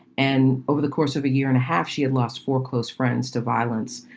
and over the course of a year and a half, she had lost four close friends to violence.